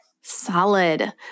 Solid